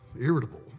irritable